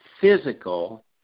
physical